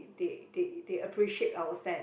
they they they appreciate our thank